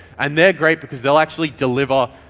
and they're great because they'll actually deliver,